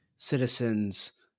citizens